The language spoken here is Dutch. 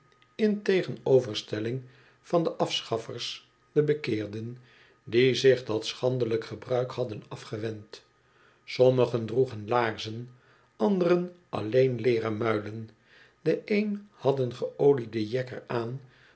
in tegenoverstelling van de afschaffers de bekeerden die zich dat schandelijk gebruik hadden afgewend sommigen droegen laarzen anderen alleen loeren muilen de een had een geoliede jekker aan